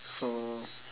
so